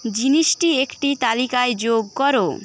জিনিসটি একটি তালিকায় যোগ করো